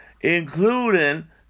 including